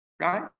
right